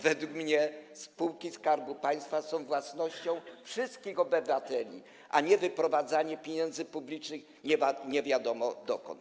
Według mnie spółki Skarbu Państwa są własnością wszystkich obywateli, a nie jest to wyprowadzanie pieniędzy publicznych nie wiadomo dokąd.